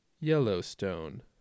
Yellowstone